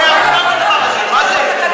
מה זה?